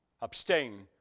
abstain